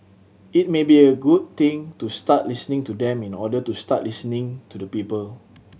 it may be a good thing to start listening to them in order to start listening to the people